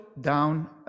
down